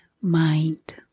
mind